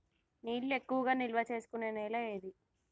నీళ్లు ఎక్కువగా నిల్వ చేసుకునే నేల ఏది?